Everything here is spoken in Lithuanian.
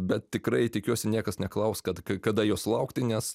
bet tikrai tikiuosi niekas neklaus kad kada jos laukti nes